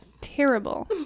Terrible